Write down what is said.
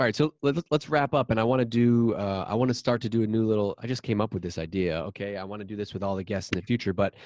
so, let's let's wrap up, and i wanna do i wanna start to do a new little. i just came up with this idea, okay. i wanna do this with all the guests in the future but,